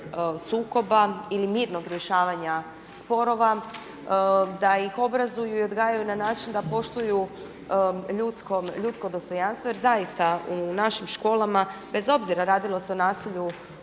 sukoba ili mirnog rješavanja sporova, da ih obrazuju i odgajaju na način da poštuju ljudsko dostojanstvo jer zaista u našim školama, bez obzira radilo se o nasilju